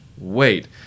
Wait